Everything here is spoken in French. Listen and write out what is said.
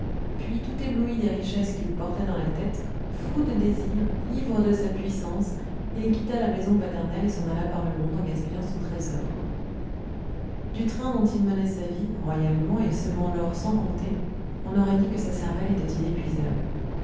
puis tout ébloui des richesses qu'il portait dans la tête fou de désirs ivre de sa puissance il quitta la maison paternelle et s'en alla par le monde en gaspillant son trésor du train dont il menait sa vie royalement et semant l'or sans compter on aurait dit que sa cervelle était inépuisable